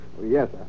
Yes